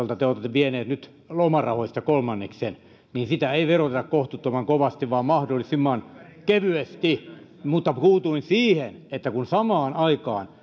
ja jolta te olette vieneet nyt lomarahoista kolmanneksen ei veroteta kohtuuttoman kovasti vaan mahdollisimman kevyesti mutta puutuin siihen että kun samaan aikaan